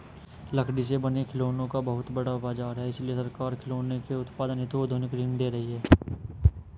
लकड़ी से बने खिलौनों का बहुत बड़ा बाजार है इसलिए सरकार खिलौनों के उत्पादन हेतु औद्योगिक ऋण दे रही है